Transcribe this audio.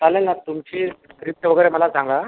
चालेल ना तुमची स्क्रिप्ट वगैरे मला सांगा